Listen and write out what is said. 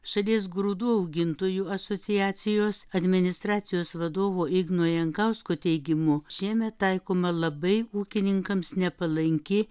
šalies grūdų augintojų asociacijos administracijos vadovo igno jankausko teigimu šiemet taikoma labai ūkininkams nepalanki